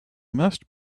must